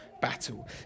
battle